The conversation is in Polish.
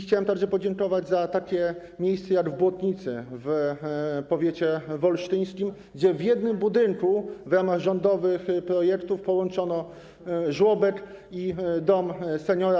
Chciałem także podziękować za takie miejsca jak w Błotnicy w powiecie wolsztyńskim, gdzie w jednym budynku w ramach rządowych projektów łączy się np. żłobek i dom seniora.